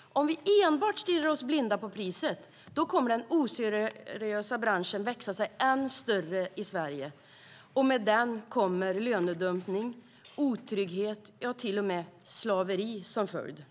Om vi enbart stirrar oss blinda på priset kommer den oseriösa branschen att växa sig ännu större i Sverige, och med den kommer lönedumpning, otrygghet, ja till och med slaveri som följd.